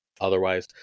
otherwise